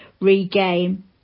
regain